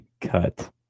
cut